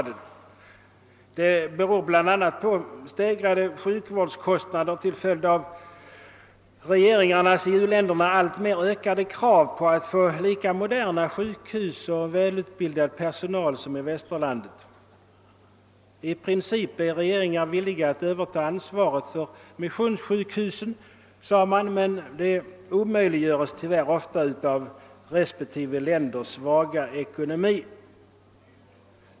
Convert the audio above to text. Det beror bl.a. på stegrade sjukvårdskostnader till följd av u-ländernas regeringars alltmer ökade krav på samma sjukhusstandard och lika välutbildad personal som i Västerlandet. I princip är regeringarna villiga att överta ansvaret för missionssjukhusen, sades det, men det omöjliggörs av respektive länders svaga ekonomi.